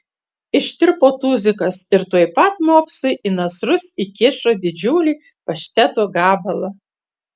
ištirpo tuzikas ir tuoj pat mopsui į nasrus įkišo didžiulį pašteto gabalą